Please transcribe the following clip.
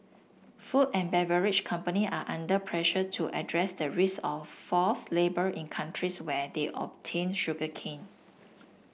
food and beverage company are under pressure to address the risk of forced labour in countries where they obtain sugarcane